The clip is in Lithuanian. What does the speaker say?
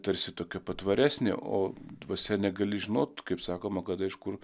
tarsi tokia patvaresnė o dvasia negali žinot kaip sakoma kada iš kur